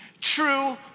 true